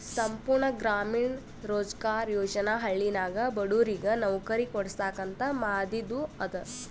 ಸಂಪೂರ್ಣ ಗ್ರಾಮೀಣ ರೋಜ್ಗಾರ್ ಯೋಜನಾ ಹಳ್ಳಿನಾಗ ಬಡುರಿಗ್ ನವ್ಕರಿ ಕೊಡ್ಸಾಕ್ ಅಂತ ಮಾದಿದು ಅದ